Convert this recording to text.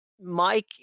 Mike